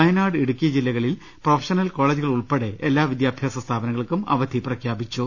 വയനാട് ഇടുക്കി ജില്ലകളിൽ പ്രൊഫഷണൽ കോളജുകൾ ഉൾപ്പെടെ എല്ലാ വിദ്യാഭ്യാസ സ്ഥാപനങ്ങൾക്കും അവധി പ്രഖ്യാ പിച്ചു